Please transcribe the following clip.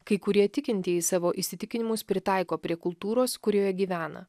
kai kurie tikintieji savo įsitikinimus pritaiko prie kultūros kurioje gyvena